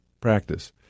practice